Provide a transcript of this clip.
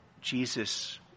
Jesus